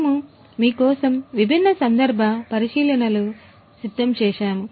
మేము మీ కోసం విభిన్న సందర్భ పరిశీలనలు సిద్ధం చేశాము